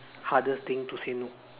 hardest thing to say no